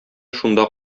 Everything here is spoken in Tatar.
шунда